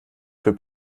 für